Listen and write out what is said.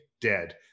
dead